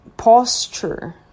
Posture